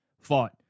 fought